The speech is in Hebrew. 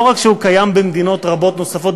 לא רק שהוא קיים במדינות רבות נוספות,